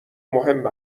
مهم